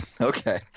Okay